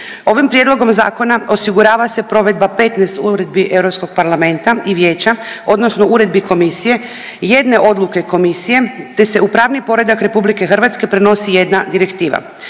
Ovim prijedlogom zakona osigurava se provedba 15 uredbi Europskog parlamenta i vijeća odnosno uredbi komisije, jedne odluke komisije, te se u pravni poredak RH prenosi jedna direktiva.